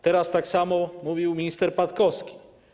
Teraz tak samo mówił minister Patkowski.